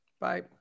bye